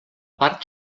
part